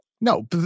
No